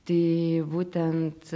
tai būtent